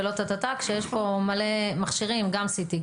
כשיש פה מלא מכשירים: גם CT,